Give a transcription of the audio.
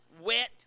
wet